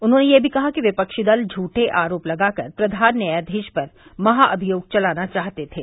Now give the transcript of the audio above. उन्होंने यह भी कहा कि विपक्षी दल झूठे आरोप लगाकर प्रधान न्यायाधीश पर महाभियोग चलाना चाहते थे